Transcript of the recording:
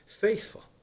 faithful